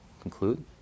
conclude